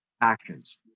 actions